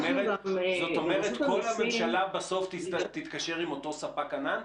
זאת אומרת, כל הממשלה בסוף תתקשר עם אותו ספק ענן?